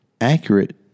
accurate